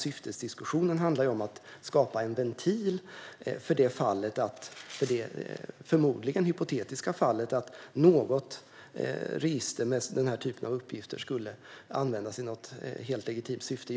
Syftesdiskussionen handlar i stället om att skapa en ventil för det - förmodligen hypotetiska - fallet att något register med den här typen av uppgifter skulle användas i något helt legitimt syfte.